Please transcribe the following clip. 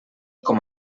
com